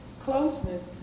closeness